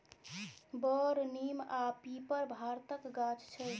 बर, नीम आ पीपर भारतक गाछ छै